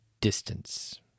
distance